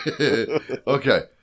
Okay